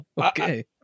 Okay